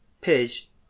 page